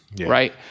right